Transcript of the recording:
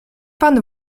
pan